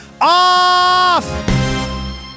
off